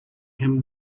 him